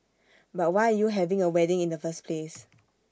but why are you having A wedding in the first place